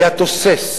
היה תוסס,